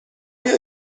آیا